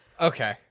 Okay